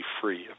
free